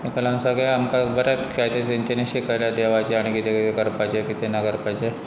ताका लागून सगळें आमकां बऱ्याच कायते तेंच्यानी शिकयल्यात देवाच आनी कितें कितें करपाचें कितें ना करपाचें